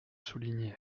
souligné